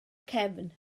cefn